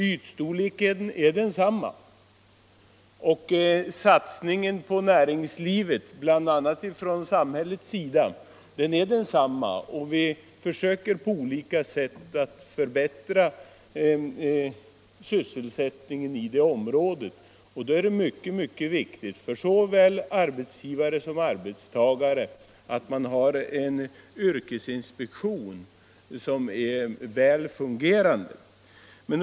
Ytstorleken är densamma, och satsningen på näringslivet bl.a. från samhällets sida är densamma; vi försöker på olika sätt förbättra sysselsättningen i länet. Då är det mycket viktigt för såväl arbetsgivare som arbetstagare att yrkesinspektionen fungerar väl.